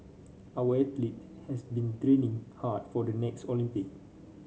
our athlete have been training hard for the next Olympic